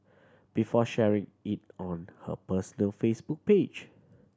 before sharing it on her personal Facebook page